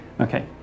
okay